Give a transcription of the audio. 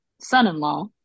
son-in-law